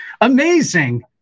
Amazing